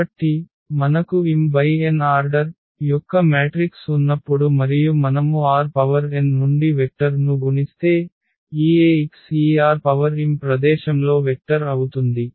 కాబట్టి మనకు m×n order యొక్క మ్యాట్రిక్స్ ఉన్నప్పుడు మరియు మనము Rn నుండి వెక్టర్ ను గుణిస్తే ఈ Ax ఈ Rm ప్రదేశంలో వెక్టర్ అవుతుంది